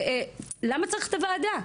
למה צריך את הוועדה?